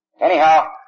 Anyhow